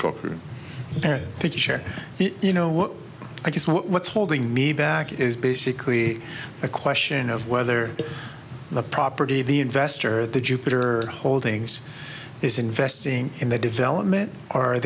picture you know what i just what's holding me back is basically a question of whether the property the investor the jupiter holdings is investing in the development